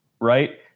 right